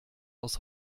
aus